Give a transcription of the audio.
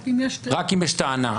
רק אם יש טענה.